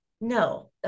No